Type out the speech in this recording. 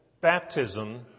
baptism